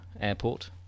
airport